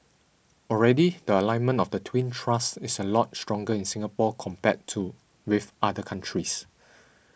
already the alignment of the twin thrusts is a lot stronger in Singapore compared to with other countries